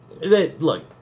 look